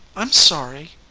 i'm sorry.